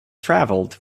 travelled